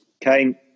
Kane